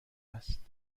است